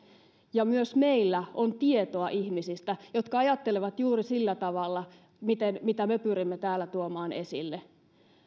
ja myös meillä on tietoa ihmisistä jotka ajattelevat juuri sillä tavalla mitä me pyrimme täällä tuomaan esille